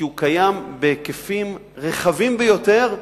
כי הוא קיים בהיקפים רחבים ביותר,